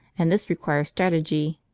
and this requires strategy,